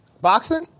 boxing